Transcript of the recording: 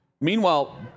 Meanwhile